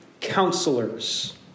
counselors